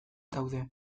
daude